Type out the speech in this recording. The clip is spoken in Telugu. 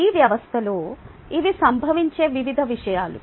ఈ వ్యవస్థలో ఇవి సంభవించే వివిధ విషయాలు